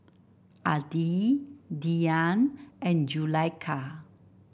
Adi Dian and Zulaikha